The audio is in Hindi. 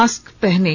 मास्क पहनें